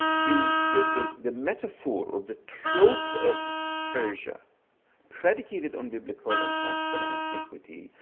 the the the metaphor or the trope of yeah persia predicated on biblical and classical antiquity,